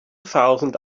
thousand